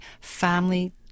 family